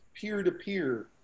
peer-to-peer